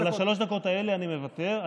על השלוש דקות האלה אני מוותר.